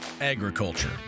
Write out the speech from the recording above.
agriculture